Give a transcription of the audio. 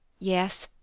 yes,